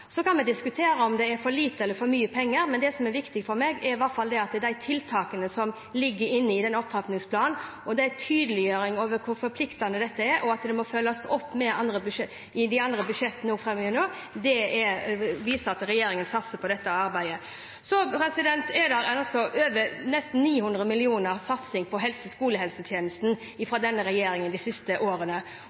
Så kan vi diskutere om det er for lite eller for mye penger, men det som er viktig for meg, er i hvert fall at de tiltakene som ligger inne i denne opptrappingsplanen, er en tydeliggjøring av hvor forpliktende dette er, og at det må følges opp i de andre budsjettene også framover. Det viser at regjeringen satser på dette arbeidet. Det er nesten 900 mill. kr satsing på skolehelsetjenesten fra denne regjeringen de siste årene.